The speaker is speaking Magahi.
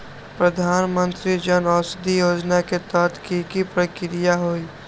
प्रधानमंत्री जन औषधि योजना के तहत की की प्रक्रिया होई?